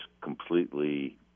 completely